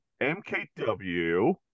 MKW